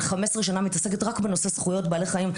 אבל 15 שנה מתעסקת רק בנושא זכויות בעלי חיים,